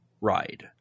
ride